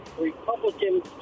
Republicans